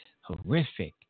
horrific